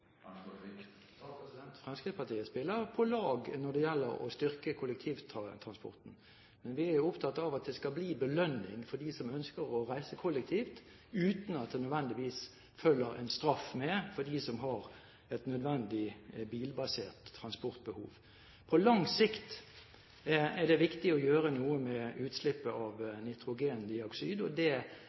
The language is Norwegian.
Fremskrittspartiet spiller på lag når det gjelder å styrke kollektivtransporten. Men vi er opptatt av at det skal bli belønning for dem som ønsker å reise kollektivt, uten at det nødvendigvis følger en straff med for dem som har et nødvendig bilbasert transportbehov. På lang sikt er det viktig å gjøre noe med utslippet av